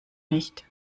nicht